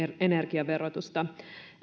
energiaverotusta